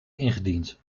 ingediend